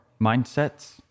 mindsets